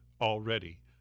already